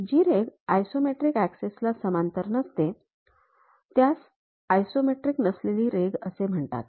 जी रेघ isometric axis ला समांतर नसते त्यास आयसोमेट्रिक नसलेली रेघ असे म्हणतात